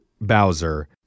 Bowser